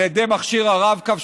על ידי מכשיר הרב קו,